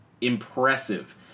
impressive